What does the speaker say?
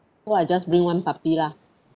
so I just bring one puppy lah